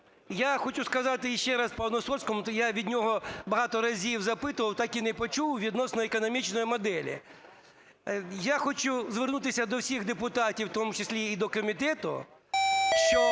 Я хочу сказати ще раз пану Сольському, а то я його багато разів запитував, так і не почув, відносно економічної моделі. Я хочу звернутися до всіх депутатів, в тому числі і до комітету, що